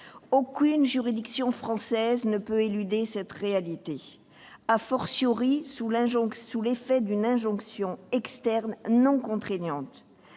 Aucune juridiction française ne peut éluder cette réalité, sous l'effet d'une injonction externe non contraignante.